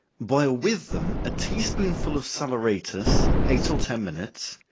boil with them a tea spoonful of saleratus, eight or ten minutes,